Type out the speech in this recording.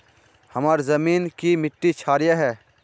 हमार जमीन की मिट्टी क्षारीय है?